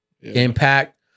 impact